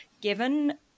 given